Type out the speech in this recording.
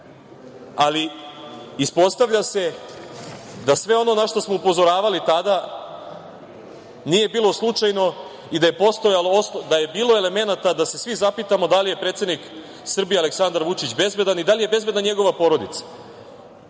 ali ispostavlja se da sve ono na šta smo upozoravali tada nije bilo slučajno i da je bilo elemenata da se svi zapitamo da li je predsednik Srbije Aleksandar Vučić bezbedan i da li je bezbedna njegova porodica,